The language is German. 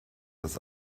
das